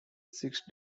six